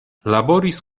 laboris